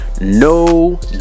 no